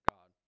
God